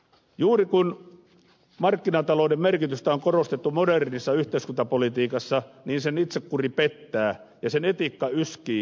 juuri kun markkinatalouden merkitystä on korostettu modernissa yhteiskuntapolitiikassa niin sen itsekuri pettää ja sen etiikka yskii huolestuttavalla tavalla